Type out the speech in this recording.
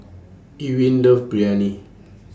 Ewin loves Biryani